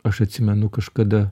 aš atsimenu kažkada